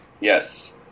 Yes